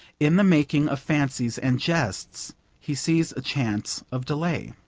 in the making of fancies and jests he sees a chance of delay.